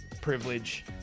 privilege